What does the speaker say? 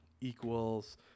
equals